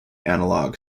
analog